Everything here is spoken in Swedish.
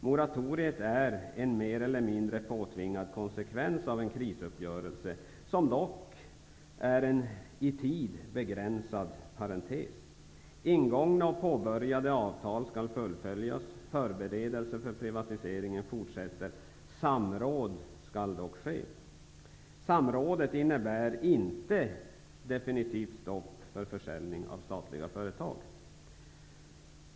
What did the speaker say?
Moratoriet är en mer eller mindre påtvingad konsekvens av en krisuppgörelse, som dock är en i tid begränsad parentes. Ingångna och påbörjade avtal skall fullföljas. Förberedelser för privatiseringen fortsätter. Samråd skall dock ske. Samrådet innebär inte definitivt stopp för försäljning av statliga företag.